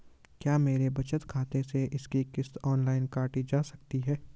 क्या मेरे बचत खाते से इसकी किश्त ऑनलाइन काटी जा सकती है?